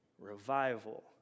revival